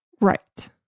Right